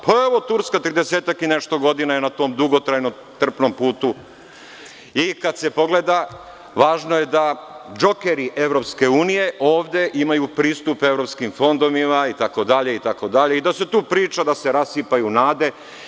Pa, evo, Turska tridesetak i nešto godina je na tom dugotrajnom trpnom putu i kada se pogleda, važno je da džokeri EU ovde imaju pristup evropskim fondovima itd, itd, i da se tu priča, da se rasipaju nade.